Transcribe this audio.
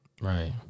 Right